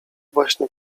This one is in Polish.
właśnie